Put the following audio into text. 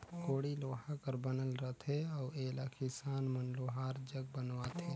कोड़ी लोहा कर बनल रहथे अउ एला किसान मन लोहार जग बनवाथे